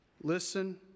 listen